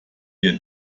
wir